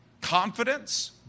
Confidence